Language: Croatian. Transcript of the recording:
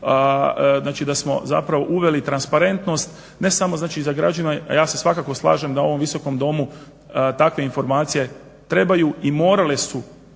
da smo zapravo uveli transparentnost ne samo znači …/Ne razumije se./…, a ja se svakako slažem da u ovom Visokom domu takve informacije trebaju i morale su